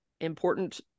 important